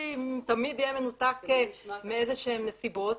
תמיד יהיה מנותק מאיזה שהן נסיבות,